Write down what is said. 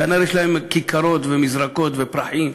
כנ"ל יש להם כיכרות ומזרקות ופרחים.